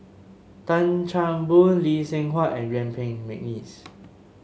Tan Chan Boon Lee Seng Huat and Yuen Peng McNeice